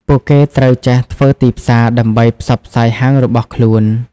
ពួកគេត្រូវចេះធ្វើទីផ្សារដើម្បីផ្សព្វផ្សាយហាងរបស់ខ្លួន។